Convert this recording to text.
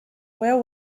where